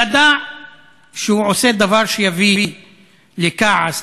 ידע שהוא עושה דבר שיביא לכעס,